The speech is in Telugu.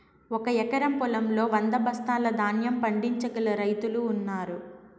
ఒక ఎకరం పొలంలో వంద బస్తాల ధాన్యం పండించగల రైతులు ఉన్నారు